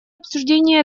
обсуждения